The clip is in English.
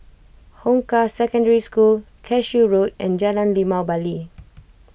Hong Kah Secondary School Cashew Road and Jalan Limau Bali